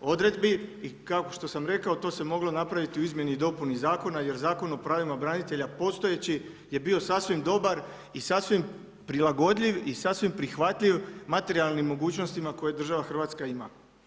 odredbi i kao što sam rekao to se moglo napraviti u izmjeni i dopuni zakona jer Zakon o pravima branitelja postojeći je bio sasvim dobar i sasvim prilagodljiv i sasvim prihvatljiv materijalnim mogućnostima koje država Hrvatska ima.